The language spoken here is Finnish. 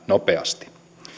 nopeasti